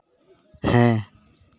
ᱦᱮᱸ